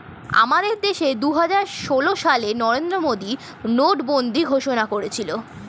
আমাদের দেশে দুহাজার ষোল সালে নরেন্দ্র মোদী নোটবন্দি ঘোষণা করেছিল